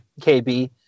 KB